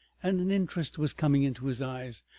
and an interest was coming into his eyes.